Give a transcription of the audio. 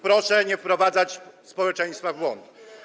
Proszę nie wprowadzać społeczeństwa w błąd.